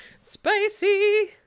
Spicy